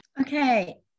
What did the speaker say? Okay